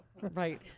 Right